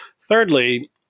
thirdly